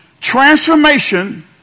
Transformation